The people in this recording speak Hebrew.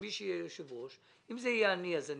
מי שיהיה יושב-ראש אם זה יהיה אני,